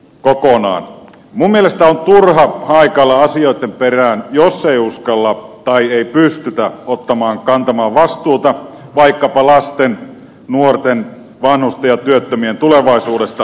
minun mielestäni on turha haikailla asioitten perään jos ei uskalleta tai ei pystytä kantamaan vastuuta vaikkapa lasten nuorten vanhusten ja työttömien tulevaisuudesta